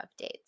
updates